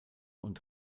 und